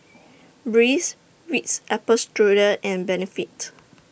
Breeze Ritz Apple Strudel and Benefit